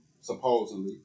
supposedly